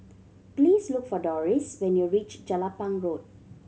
please look for Doris when you reach Jelapang Road